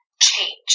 change